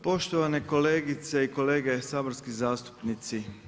Poštovane kolegice i kolege saborski zastupnici.